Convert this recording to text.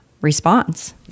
response